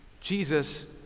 Jesus